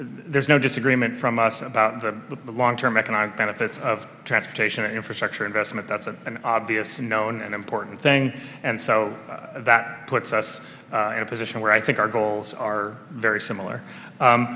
there's no disagreement from us about the long term economic benefits of transportation and infrastructure investment that's an obvious unknown and important thing and so that puts us in a position where i think our goals are very similar